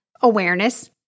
awareness